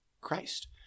Christ